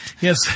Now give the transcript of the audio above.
Yes